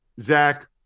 Zach